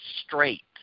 straight